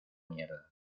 mierda